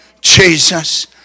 Jesus